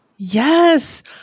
Yes